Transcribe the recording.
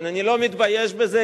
כן, אני לא מתבייש בזה.